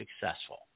successful